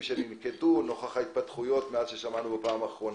שננקטו ונוכח ההתפתחויות מאז הפעם הקודמת.